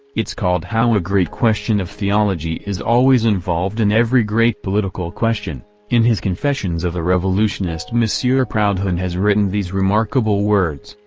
it's called how a great question of theology is always involved in every great political question in his confessions of a revolutionist monsieur proudhon has written these remarkable words,